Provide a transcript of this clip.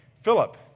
Philip